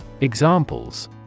Examples